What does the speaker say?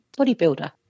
bodybuilder